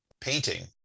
painting